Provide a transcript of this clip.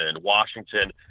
Washington